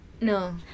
No